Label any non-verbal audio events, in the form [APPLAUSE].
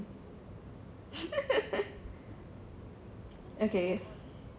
[LAUGHS] okay